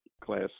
class